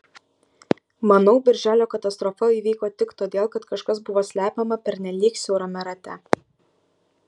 manau birželio katastrofa įvyko tik todėl kad kažkas buvo slepiama pernelyg siaurame rate